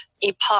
epoch